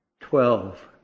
twelve